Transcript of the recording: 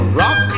rock